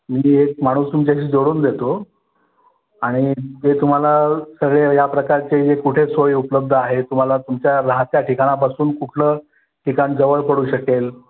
मी एक माणूस तुमच्याशी जोडून देतो आणि ते तुम्हाला सगळे या प्रकारचे जे कुठे सोय उपलब्ध आहे तुम्हाला तुमच्या राहत्या ठिकाणापासून कुठलं ठिकाण जवळ पडू शकेल